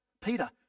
Peter